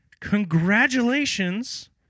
congratulations